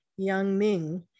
Yangming